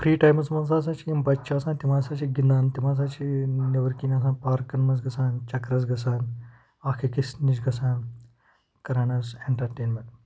free ٹایمَس منٛز ہَسا چھِ یِم بَچہِ چھِ آسان تِم ہَسا چھِ گِندان تِم ہَسا چھِ نٮ۪بٕرۍ کِنۍ آسان پارکَن منٛز گژھان چَکرَس گژھان اَکھ أکِس نِش گژھان کَران حظ اینٹَرٹینمینٛٹ